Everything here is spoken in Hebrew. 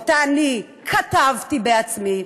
שכתבתי בעצמי,